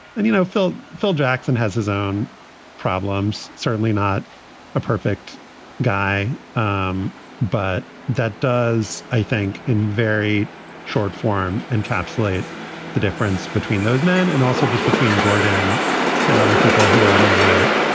and, you know, phil, phil jackson has his own problems. certainly not a perfect guy. um but that does, i think, in very short form, encapsulate the difference between those men and also just between jordan and other people who are more,